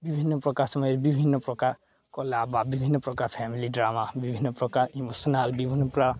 ବିଭିନ୍ନପ୍ରକାର ସମୟରେ ବିଭିନ୍ନପ୍ରକାର କଳା ବା ବିଭିନ୍ନପ୍ରକାର ଫ୍ୟାମିଲି ଡ୍ରାମା ବିଭିନ୍ନପ୍ରକାର ଇମୋସ୍ନାଲ୍ ବିଭିନ୍ନପ୍ରକାର